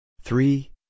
Three